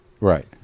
Right